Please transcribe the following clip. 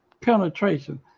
penetration